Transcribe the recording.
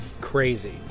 crazy